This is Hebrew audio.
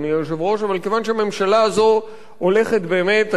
אבל מכיוון שהממשלה הזאת הולכת באמת על-פי הקו